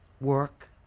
work